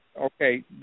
Okay